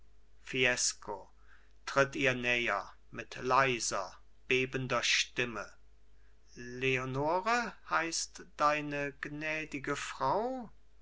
fiesco tritt ihr näher mit leiser bebender stimme leonore heißt deine gnädige frau